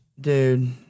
dude